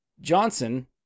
Johnson